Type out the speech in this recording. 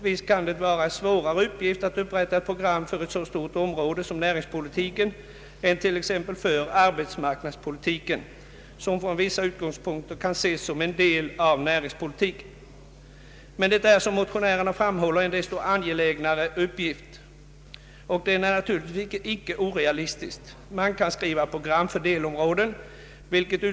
Visst kan det vara en svårare uppgift att upprätta ett program för ett så stort område som näringspolitiken än för t.ex. arbetsmarknadspolitiken, som från vissa utgångspunkter kan ses som en del av näringspolitiken. Men det är, som motionärerna framhåller, en desto angelägnare uppgift, och den är naturligtvis icke orealistisk.